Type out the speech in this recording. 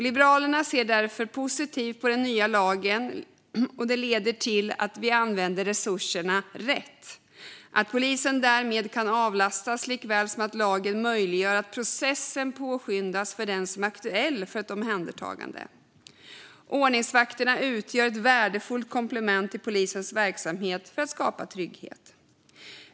Liberalerna ser därför positivt på att den nya lagen leder till att vi använder resurserna rätt och att polisen därmed kan avlastas likaväl som att lagen möjliggör att processen påskyndas för den som är aktuell för ett omhändertagande. Ordningsvakterna utgör ett värdefullt komplement till polisens verksamhet för att skapa trygghet.